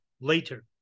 later